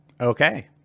okay